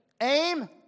Aim